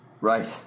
Right